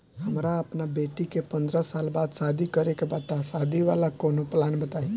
हमरा अपना बेटी के पंद्रह साल बाद शादी करे के बा त शादी वाला कऊनो प्लान बताई?